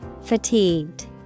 fatigued